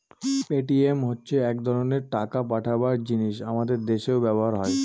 Paytm হচ্ছে এক ধরনের টাকা পাঠাবার জিনিস আমাদের দেশেও ব্যবহার হয়